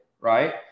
right